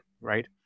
right